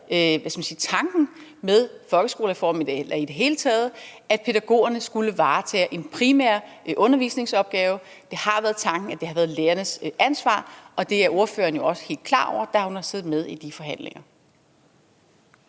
tanken med folkeskolereformen eller i det hele taget, at pædagogerne skulle varetage en primær undervisningsopgave. Det har været tanken, at det har været lærernes ansvar, og det er ordføreren jo også helt klar over, da hun har siddet med i de forhandlinger.